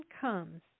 comes